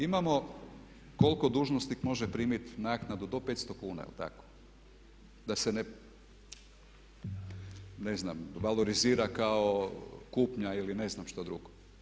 Imamo koliko dužnosnik može primiti naknadu, do 500 kuna jel tako da se ne valorizira kao kupnja ili ne znam što drugo?